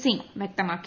സിംഗ് വൃക്തമാക്കി